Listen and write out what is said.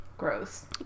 gross